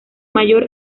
mayor